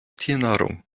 tiernahrung